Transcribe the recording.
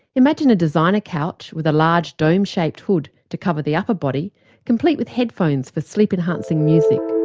imagine a designer couch with a large dome shaped hood to cover the upper body complete with headphones for sleep enhancing music.